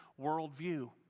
worldview